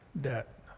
debt